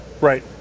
Right